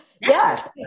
Yes